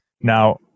Now